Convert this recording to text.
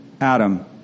Adam